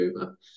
over